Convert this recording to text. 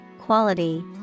quality